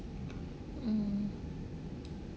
mm